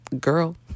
girl